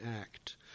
act